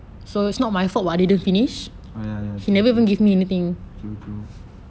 ya ya true true true true